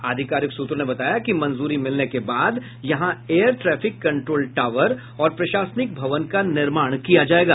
आधिकारिक सूत्रों ने बताया कि मंजूरी मिलने के बाद यहां एयर ट्रैफिक कंट्रोल टॉवर और प्रशासनिक भवन का निर्माण किया जायेगा